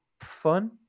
fun